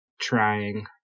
trying